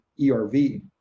ERV